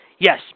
Yes